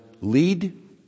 lead